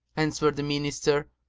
answered the minister,